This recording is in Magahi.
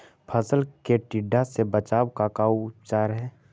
फ़सल के टिड्डा से बचाव के का उपचार है?